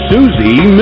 Susie